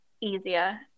easier